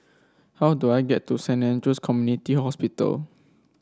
how do I get to Saint Andrew's Community Hospital